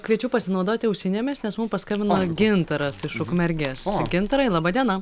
kviečiu pasinaudoti ausinėmis nes mum paskambino gintaras iš ukmergės gintarai laba diena